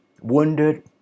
wounded